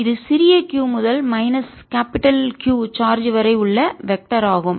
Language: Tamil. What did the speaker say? இது சிறிய q முதல் மைனஸ் கேபிடல் பெரிய Q சார்ஜ் வரை உள்ள வெக்டர் ஆகும்